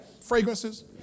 fragrances